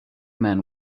men